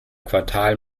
quartal